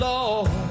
Lord